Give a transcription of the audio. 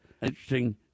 interesting